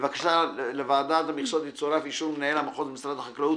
לבקשה לוועדת המכסות יצורף אישור מנהל המחוז במשרד החקלאות